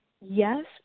yes